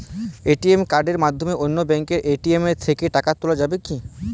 ATM কার্ডের মাধ্যমে অন্য ব্যাঙ্কের এ.টি.এম থেকে টাকা তোলা যাবে কি?